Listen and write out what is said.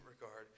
regard